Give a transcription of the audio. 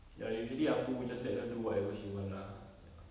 ya usually aku just let her do whatever she want lah ya